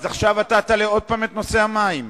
אז אתה תעלה עוד פעם את נושא המים?